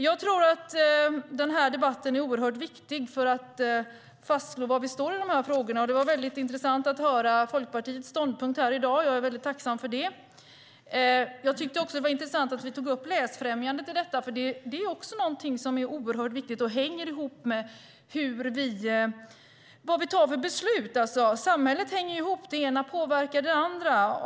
Jag tror att den här debatten är oerhört viktig för att slå fast var vi står i de här frågorna. Det var mycket intressant att höra Folkpartiets ståndpunkt här i dag. Jag är mycket tacksam för det. Jag tyckte också att det var intressant att vi tog upp läsfrämjandet. Det är också oerhört viktigt och hänger ihop med de beslut vi fattar. Samhället hänger ihop. Det ena påverkar det andra.